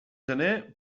gener